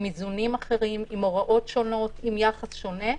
עם איזונים אחרים, עם הוראות שונות, עם יחס שונה,